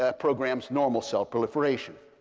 ah programs normal cell proliferation.